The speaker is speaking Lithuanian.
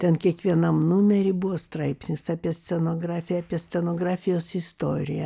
ten kiekvienam numery buvo straipsnis apie scenografiją apie scenografijos istoriją